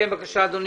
אדוני,